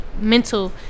mental